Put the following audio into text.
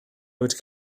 wedi